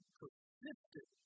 persisted